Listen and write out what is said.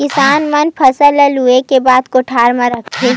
किसान मन फसल ल लूए के बाद कोठर म राखथे